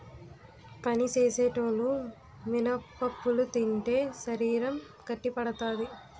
పని సేసేటోలు మినపప్పులు తింటే శరీరం గట్టిపడతాది